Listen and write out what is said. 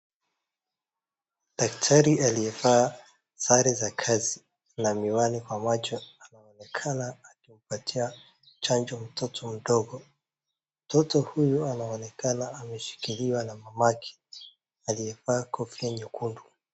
Dakari aliyevaa sare za kazi na miwani kwa macho anaonekana akimpatia chanjo mtoto mdogo. Mtoto huyu anaonekana ameshikiliwa na mamake, aliyevaa kofia nyekundu.